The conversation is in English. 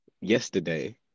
yesterday